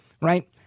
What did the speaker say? right